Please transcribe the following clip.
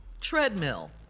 treadmill